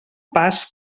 pas